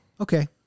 Okay